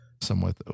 somewhat